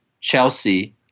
Chelsea